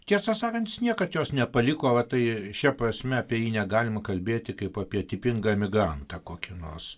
tiesą sakant jis niekad jos nepaliko vat tai šia prasme apie jį negalima kalbėti kaip apie tipingą emigrantą kokį nors